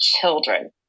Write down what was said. children